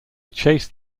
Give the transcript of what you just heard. chased